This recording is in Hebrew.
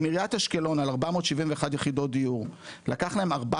עם עיריית אשקלון על 471 יחידות דיור לקח להם 14